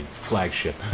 flagship